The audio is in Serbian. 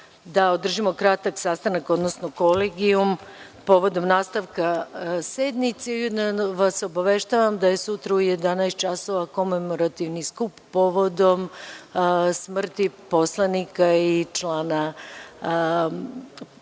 da održimo kratak sastanak, odnosno kolegijum povodom nastavka sednice i ujedno vas obaveštavam da je sutra u 11.00 časova komemorativni skup povodom smrti poslanika i člana aktuelne